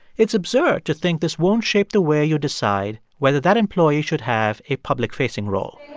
it's absurd to think this won't shape the way you decide whether that employee should have a public-facing role